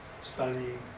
studying